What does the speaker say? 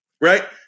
right